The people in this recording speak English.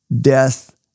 death